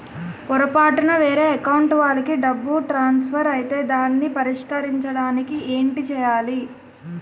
పొరపాటున వేరే అకౌంట్ వాలికి డబ్బు ట్రాన్సఫర్ ఐతే దానిని పరిష్కరించడానికి ఏంటి చేయాలి?